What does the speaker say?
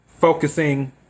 focusing